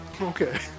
Okay